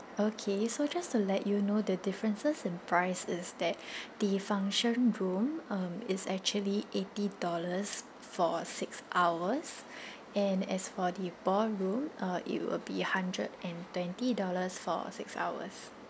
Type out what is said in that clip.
okay so just to let you know the differences in price is that the function room um it's actually eighty dollars for six hours and as for the ballroom uh it will be hundred and twenty dollars for six hours